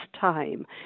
time